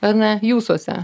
ar ne jūsuose